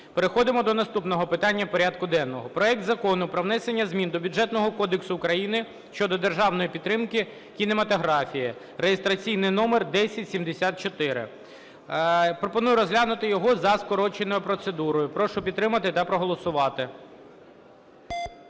Переходимо до наступного питання порядку денного. Проект Закону про внесення змін до Бюджетного кодексу України щодо державної підтримки кінематографії (реєстраційний номер 1074). Пропоную розглянути його за скороченою процедурою. Прошу підтримати та проголосувати.